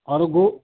اور گو